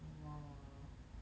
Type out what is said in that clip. !wah!